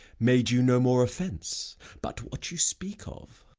made you no more offence but what you speak of?